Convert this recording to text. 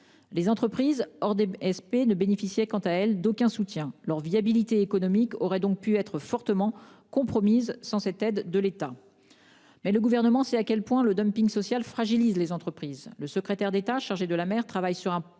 les entreprises ne bénéficiaient d'aucun soutien. Leur viabilité économique aurait donc pu être très fortement compromise sans cette aide de l'État. Mais le Gouvernement sait à quel point le dumping social fragilise les entreprises. Le secrétaire d'État chargé de la mer travaille sur un panel de